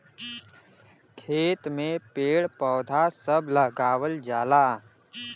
खेत में पेड़ पौधा सभ लगावल जाला